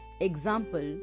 Example